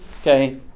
Okay